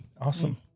Awesome